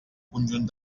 conjunt